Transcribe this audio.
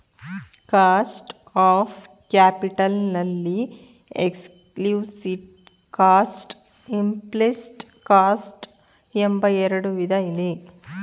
cost of capital ನಲ್ಲಿ explicit cost, implicit cost ಎಂಬ ಎರಡು ವಿಧ ಇದೆ